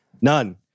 none